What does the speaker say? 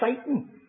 Satan